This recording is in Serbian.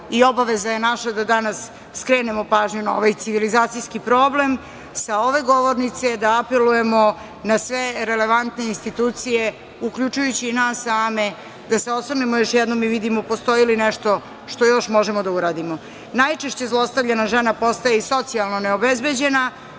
i obaveza je naša da danas skrenemo pažnju na ovaj civilizacijski problem, sa ove govornice da apelujemo na sve relevantne institucije, uključujući i nas same, da se osvrnemo još jednom i vidimo postoji li nešto što još možemo da uradimo. Najčešće zlostavljena žena postaje i socijalno neobezbeđena,